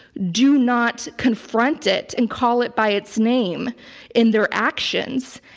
do not confront it and call it by its name in their actions.